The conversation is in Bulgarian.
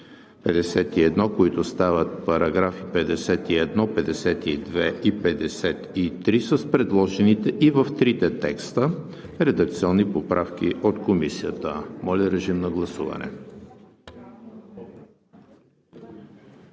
51, които стават параграфи 51, 52 и 53, с предложените и в трите текста редакционни поправки от Комисията. Гласували